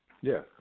Yes